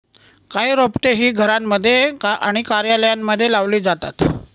काही रोपटे ही घरांमध्ये आणि कार्यालयांमध्ये लावली जातात